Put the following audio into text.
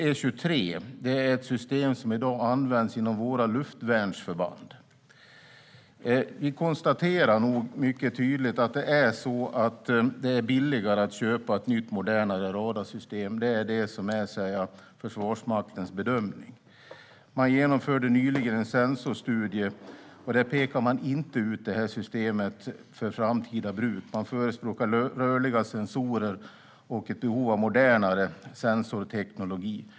UndE 23 är ett system som i dag används inom våra luftvärnsförband, och vi kan nog mycket tydligt konstatera att det är billigare att köpa ett nytt och modernare radarsystem. Det är Försvarsmaktens bedömning. Man genomförde nyligen en sensorstudie, och där pekar man inte ut det här systemet för framtida bruk, utan man förespråkar rörliga sensorer och pekar på ett behov av modernare sensorteknologi.